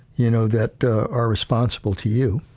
you know, that are responsible to you,